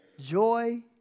joy